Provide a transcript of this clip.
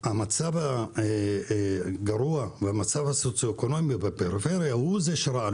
המצב הגרוע והמצב הסוציואקונומי בפריפריה הוא זה שרע,